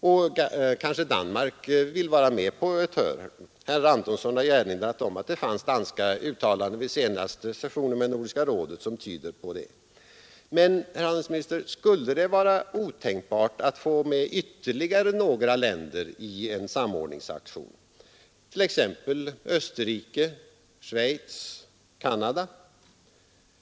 Kanske Danmark också vill vara med på ett hörn — herr Antonsson har erinrat om att det fanns danska uttalanden vid den senaste sessionen med Nordiska rådet som tydde på det. Men, herr handelsminister, skulle det vara otänkbart att få med ytterligare några länder i en sådan samordningsaktion, t.ex. Österrike, Schweiz och Canada?